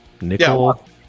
Nickel